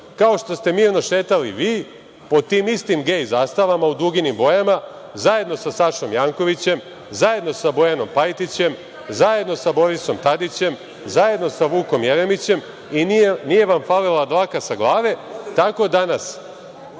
kao što ste mirno šetali vi pod tim istim gej zastavama u duginim bojama, zajedno sa Sašom Jankovićem, zajedno sa Bojanom Pajtićem, zajedno sa Borisom Tadićem, zajedno sa Vukom Jeremićem i nije vam falila dlaka sa glave, tako danas